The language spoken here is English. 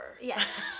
yes